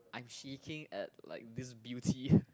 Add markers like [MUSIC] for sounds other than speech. I'm seeking at like this beauty [BREATH]